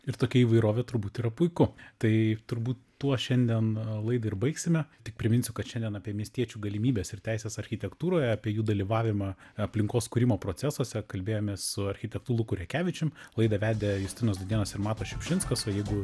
ir tokia įvairovė turbūt yra puiku tai turbūt tuo šiandien laidą ir baigsime tik priminsiu kad šiandien apie miestiečių galimybes ir teises architektūroje apie jų dalyvavimą aplinkos kūrimo procesuose kalbėjomės su architektu luku rekevičium laidą vedė justinas dūdėnas ir matas šiupšinskas o jeigu